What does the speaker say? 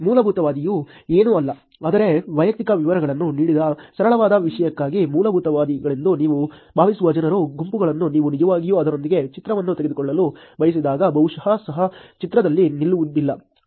ಮೂಲಭೂತವಾದವು ಏನೂ ಅಲ್ಲ ಆದರೆ ವೈಯಕ್ತಿಕ ವಿವರಗಳನ್ನು ನೀಡದ ಸರಳವಾದ ವಿಷಯಕ್ಕಾಗಿ ಮೂಲಭೂತವಾದಿಗಳೆಂದು ನೀವು ಭಾವಿಸುವ ಜನರ ಗುಂಪನ್ನು ನೀವು ನಿಜವಾಗಿಯೂ ಅದರೊಂದಿಗೆ ಚಿತ್ರವನ್ನು ತೆಗೆದುಕೊಳ್ಳಲು ಬಯಸಿದಾಗ ಬಹುಶಃ ಸಹ ಚಿತ್ರದಲ್ಲಿ ನಿಲ್ಲುವುದಿಲ್ಲ